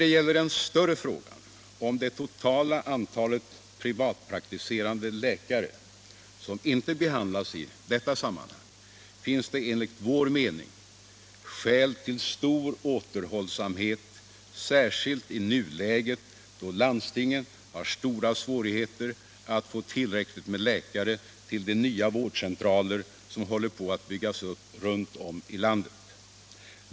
Beträffande den större frågan om det totala antalet privatpraktiserande läkare, som inte behandlas i detta sammanhang, finns det enligt vår mening skäl till stor återhållsamhet, särskilt i nuläget då landstingen har stora svårigheter att få tillräckligt med läkare till de nya vårdcentraler som håller på att byggas upp runt om i landet.